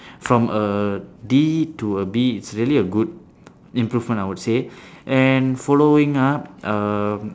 from a D to a B it's really a good improvement I would say and following up uh